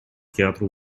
театру